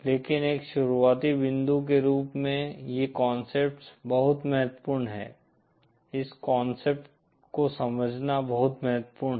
लेकिन एक शुरुआती बिंदु के रूप में ये कॉन्सेप्ट्स बहुत महत्वपूर्ण हैं इस कॉन्सेप्ट् को समझना बहुत महत्वपूर्ण है